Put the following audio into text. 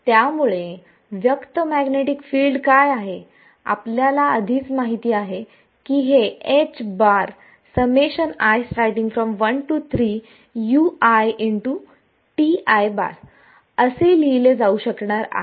त्यामुळे व्यक्त magnetic field काय आहे आपल्याला आधीच माहीत आहे की हे असे लिहिले जाऊ शकणार आहे